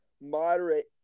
moderate